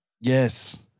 Yes